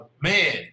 Man